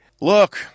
look